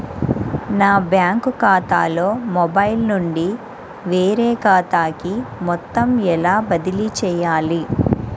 నా బ్యాంక్ ఖాతాలో మొబైల్ నుండి వేరే ఖాతాకి మొత్తం ఎలా బదిలీ చేయాలి?